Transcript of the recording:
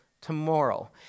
tomorrow